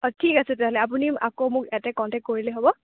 অঁ ঠিক আছে তেনেহ'লে আপুনি আকৌ মোক ইয়াতে কণ্টেক কৰিলেই হ'ব